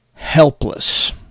helpless